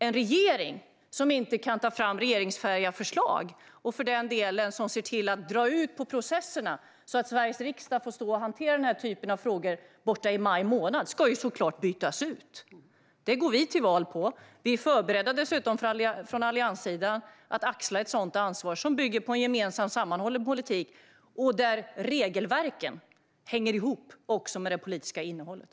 En regering som inte kan ta fram regeringsfähiga förslag, och som ser till att dra ut på processerna så att Sveriges riksdag får hantera den här typen av frågor i maj månad, ska såklart bytas ut. Det går vi till val på. Vi från allianssidan är dessutom förberedda för att axla ett sådant ansvar, som bygger på en gemensam sammanhållen politik och där regelverken också hänger ihop med det politiska innehållet.